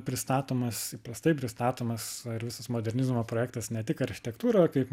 pristatomas įprastai pristatomas ir visas modernizmo projektas ne tik architektūroj kaip